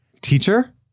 teacher